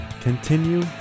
Continue